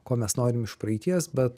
ko mes norim iš praeities bet